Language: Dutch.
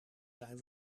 zijn